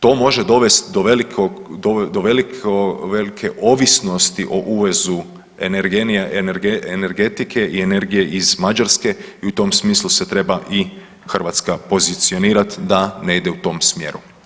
To može dovesti do velike ovisnosti o uvozu energetike i energije iz Mađarske i u tom smislu se treba i Hrvatska pozicionirati da ne ide u tom smjeru